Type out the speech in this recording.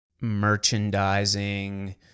merchandising